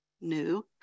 New